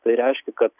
tai reiškia kad